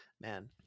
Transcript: Man